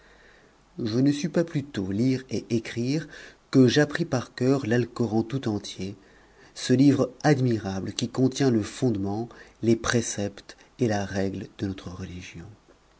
je ne sus pas plus tôt lire et écrire que j'appris par coeur l'alcoran tout entier ce livre admirable qui contient le fondement les préceptes et la règle de notre religion